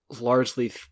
largely